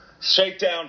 Shakedown